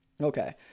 Okay